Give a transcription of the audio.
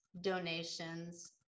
donations